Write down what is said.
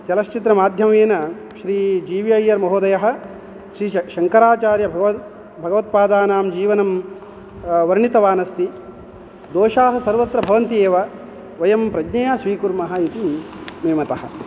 चलश्चित्रमाध्यमेन Shri G V Iyer महोदयः श्री श शङ्कराचार्यभगवत् भगवत्पादानां जीवनं वर्णितवानस्ति दोषाः सर्वत्र भवन्ति एव वयं प्रज्ञया स्वीकुर्मः इति मे मतः